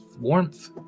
warmth